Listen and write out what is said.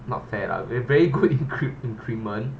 not fair lah with very good incre~ increment